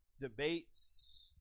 debates